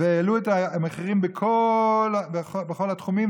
והעלו את המחירים בכל התחומים,